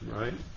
right